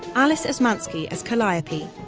alice osmanski as calliope,